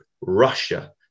Russia